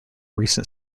recent